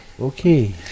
okay